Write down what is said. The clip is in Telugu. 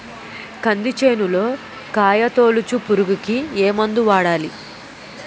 కంది చేనులో కాయతోలుచు పురుగుకి ఏ మందు వాడాలి?